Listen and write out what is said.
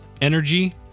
energy